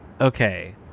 okay